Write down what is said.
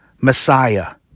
Messiah